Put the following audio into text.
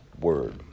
word